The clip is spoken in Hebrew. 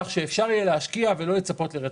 כך שאפשר יהיה להשקיע ולא לצפות לרטרואקטיבי.